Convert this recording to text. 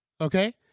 Okay